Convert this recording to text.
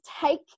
take